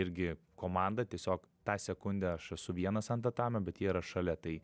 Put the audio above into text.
irgi komanda tiesiog tą sekundę aš esu vienas ant tatamio bet jie yra šalia tai